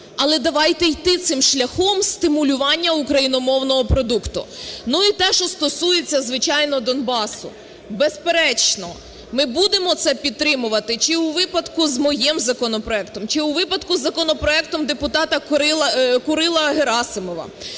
але давайте йти цим шляхом стимулювання україномовного продукту. І те, що стосується, звичайно, Донбасу. Безперечно, ми будемо це підтримувати, чи у випадку з моїм законопроектом, чи у випадку з законопроектом депутата Курила, Герасимова.